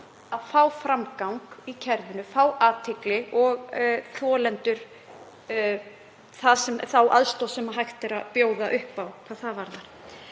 að fá framgang í kerfinu, fá athygli og þolendur að fá þá aðstoð sem hægt er að bjóða upp á hvað það varðar.